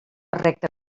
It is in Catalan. recta